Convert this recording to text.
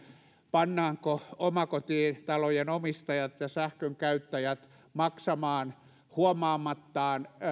pannaanko omakotitalojen omistajat ja sähkönkäyttäjät maksamaan huomaamattaan